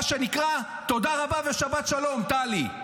מה שנקרא, תודה רבה ושבת שלום, טלי.